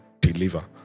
deliver